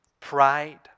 Pride